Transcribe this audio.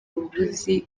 ubuvuzi